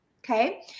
Okay